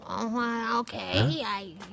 Okay